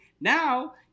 now